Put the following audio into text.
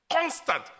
constant